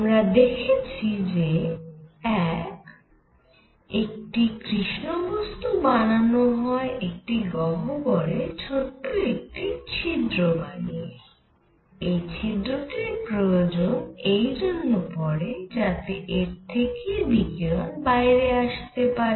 আমরা দেখেছি যে 1 একটি কৃষ্ণ বস্তু বানানো হয় একটি গহ্বরে ছোট একটি ছিদ্র বানিয়ে এই ছিদ্রটির প্রয়োজন এই জন্য পড়ে যাতে এর থেকেই বিকিরণ বাইরে আসতে পারে